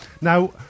Now